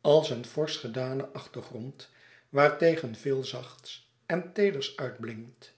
als een forsch gedanen achtergrond waartegen veel zachts en teeders uitblinkt